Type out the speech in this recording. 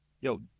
Yo